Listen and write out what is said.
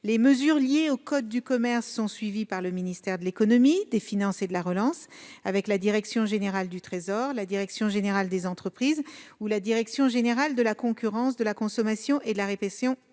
aux mesures liées au code de commerce, elles sont suivies par le ministre de l'économie, des finances et de la relance, notamment par la direction générale du Trésor, la direction générale des entreprises et la direction générale de la concurrence, de la consommation et de la répression